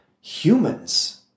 humans